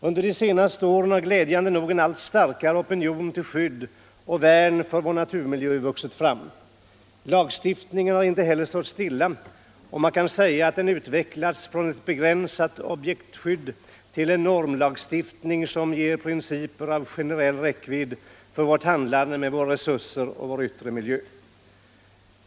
Under de senaste åren har glädjande nog en allt starkare opinion till skydd och värn för vår naturmiljö vuxit fram. Lagstiftningen har inte heller stått stilla. Man kan säga att den utvecklats från ett begränsat objektskydd till en normlagstiftning som ger principer av generell räckvidd för vårt handlande med våra resurser och vår yttre miljö.